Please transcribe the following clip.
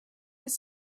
his